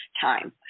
time